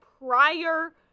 prior